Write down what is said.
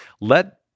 Let